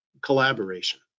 collaboration